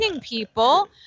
people